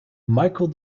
michael